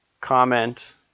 Comment